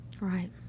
Right